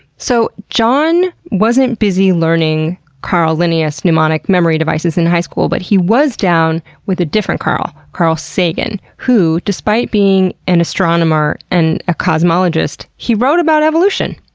so, john wasn't busy learning carl linnaeus mnemonic memory devices in high school. but he was down with a different carl. carl sagan, who, despite being an astronomer and ah cosmologist, wrote about evolution.